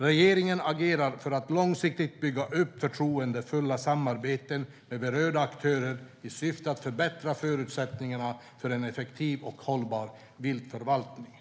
Regeringen agerar för att långsiktigt bygga upp förtroendefulla samarbeten med berörda aktörer i syfte att förbättra förutsättningarna för en effektiv och hållbar viltförvaltning.